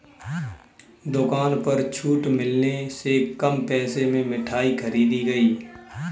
दुकान पर छूट मिलने से कम पैसे में मिठाई खरीदी गई